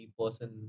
person